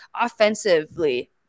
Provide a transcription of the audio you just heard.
offensively